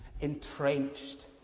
entrenched